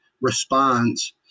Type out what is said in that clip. response